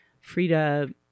Frida